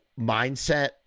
mindset